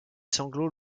sanglots